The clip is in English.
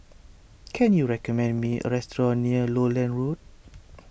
can you recommend me a restaurant near Lowland Road